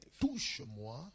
Touche-moi